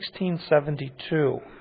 1672